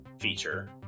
feature